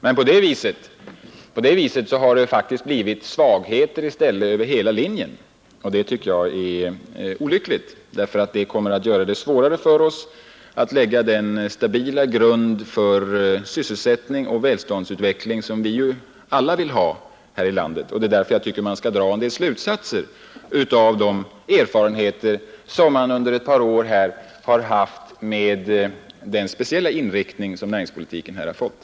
Men på det viset har det faktiskt blivit svagheter över hela linjen. Det är olyckligt, därför att det gör det svårare för oss att lägga den stabila grund för sysselsättning och välståndsutveckling som vi alla vill ha. Därför bör man dra en del slutsatser av de erfarenheter som man under ett par år har gjort genom den speciella inriktning som näringspolitiken har fått.